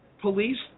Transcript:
police